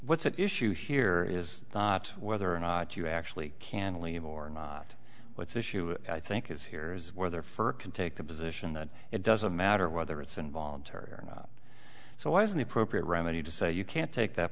what's at issue here is not whether or not you actually can leave or what's issue i think is here is whether for can take the position that it doesn't matter whether it's involuntary or not so why isn't the appropriate remedy to say you can't take that